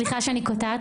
סליחה שאני קוטעת.